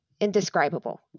indescribable